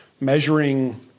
measuring